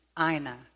Ina